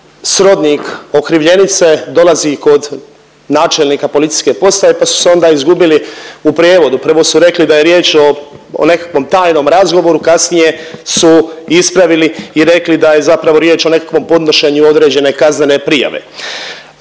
srodnik okrivljenice dolazi kod načelnika policijske postaje, pa su se onda izgubili u prijevodu, prvo su rekli da je riječ o, o nekakvom tajnom razgovoru, kasnije su ispravili i rekli da je zapravo riječ o nekakvom podnošenju određene kaznene prijave